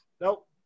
Nope